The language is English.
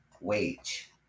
wage